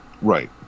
right